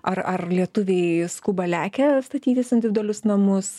ar ar lietuviai skuba lekia statytis individualius namus